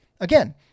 again